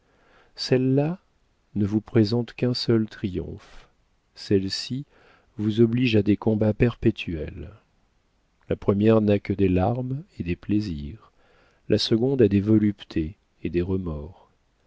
celle-là ne vous présente qu'un seul triomphe celle-ci vous oblige à des combats perpétuels la première n'a que des larmes et des plaisirs la seconde a des voluptés et des remords